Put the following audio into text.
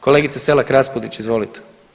Kolegice Selak Raspudić, izvolite.